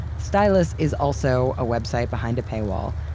stylus is also a website behind a paywall,